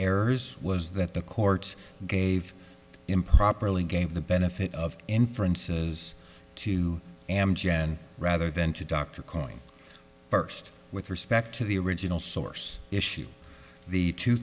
errors was that the courts gave improperly gave the benefit of inferences to amgen rather than to dr cohen first with respect to the original source issue the two